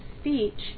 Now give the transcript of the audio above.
speech